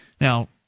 Now